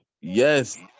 yes